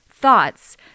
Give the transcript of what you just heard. thoughts